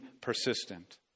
persistent